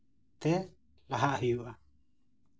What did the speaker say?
ᱛᱮ ᱞᱟᱦᱟᱜ ᱦᱩᱭᱩᱜᱼᱟ